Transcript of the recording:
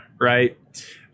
right